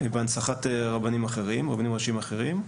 בהנצחת רבנים ראשיים אחרים.